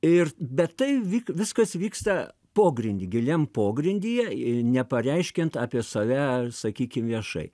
ir bet tai vik viskas vyksta pogrindy giliam pogrindyje nepareiškiant apie save sakykim viešai